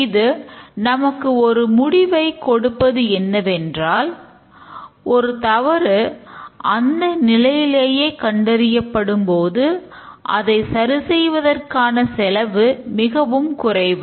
இது நமக்கு ஒரு முடிவை கொடுப்பது என்னவென்றால் ஒரு தவறு அந்த நிலையிலேயே கண்டறியப்படும் போது அதை சரி செய்வதற்கான செலவு மிகவும் குறைவு